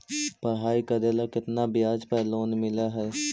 पढाई करेला केतना ब्याज पर लोन मिल हइ?